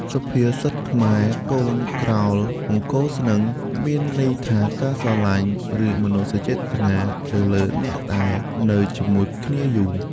សុភាសិតខ្មែរ “កូនក្រោលបង្គោលស្នឹង” មានន័យថា ការស្រឡាញ់ ឬមនោសញ្ចេតនាទៅលើអ្នកដែលនៅជាមួយគ្នាយូរ។